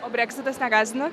o breksitas negąsdina